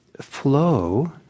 flow